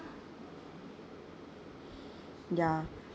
ya